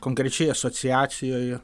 konkrečiai asociacijoje